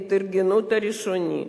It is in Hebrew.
להתארגנות הראשונית.